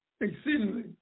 exceedingly